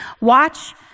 Watch